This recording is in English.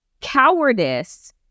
cowardice